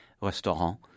restaurant